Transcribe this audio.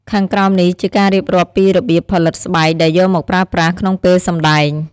ខាងក្រោមនេះជាការរៀបរាប់ពីរបៀបផលិតស្បែកដែលយកមកប្រើប្រាស់ក្នុងពេលសម្តែង។